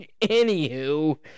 Anywho